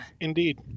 Indeed